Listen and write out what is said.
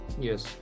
Yes